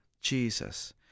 Jesus